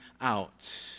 out